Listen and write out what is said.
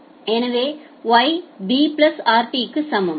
எனவே Y b plus rt க்கு சமம்